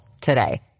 today